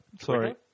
Sorry